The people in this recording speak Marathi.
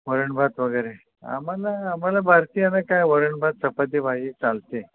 वरण भात वगैरे आम्हाला आम्हाला भारतीयांना काय वरण भात चपाती भाजी चालते